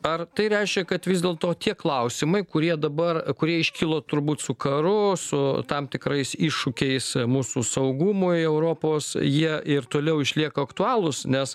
ar tai reiškia kad vis dėlto tie klausimai kurie dabar kurie iškilo turbūt su karu su tam tikrais iššūkiais mūsų saugumui europos jie ir toliau išlieka aktualūs nes